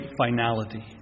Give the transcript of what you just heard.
finality